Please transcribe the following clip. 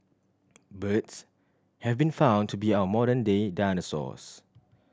birds have been found to be our modern day dinosaurs